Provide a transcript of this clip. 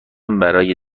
برای